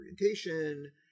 orientation